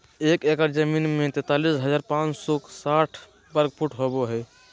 एक एकड़ जमीन में तैंतालीस हजार पांच सौ साठ वर्ग फुट होबो हइ